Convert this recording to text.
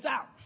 out